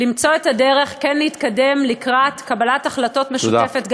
למצוא את הדרך כן להתקדם לקראת קבלת החלטות משותפות,